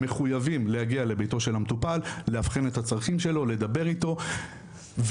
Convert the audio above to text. מחויבים להגיע לביתו של המטופל לאבחן את הצרכים שלו לדבר אתו ולעיתים,